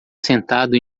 sentado